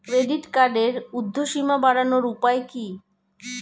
Credit কার্ডের উর্ধ্বসীমা বাড়ানোর উপায় কি?